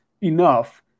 enough